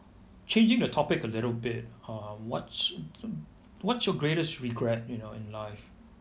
changing the topic a little bit um what's what's your greatest regret you know in life